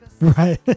right